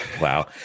wow